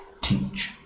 teach